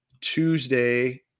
Tuesday